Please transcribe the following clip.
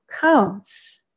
counts